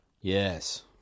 Yes